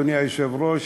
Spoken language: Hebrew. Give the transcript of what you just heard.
אדוני היושב-ראש,